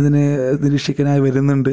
ഇതിനു നിരീക്ഷിക്കാനായി വരുനുണ്ട്